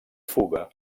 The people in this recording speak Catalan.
fuga